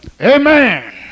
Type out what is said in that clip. Amen